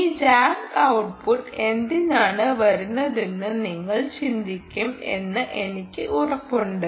ഈ jagged output എന്തിനാണ് വരുന്നതെന്ന് നിങ്ങൾ ചിന്തിക്കും എന്ന് എനിക്ക് ഉറപ്പുണ്ട്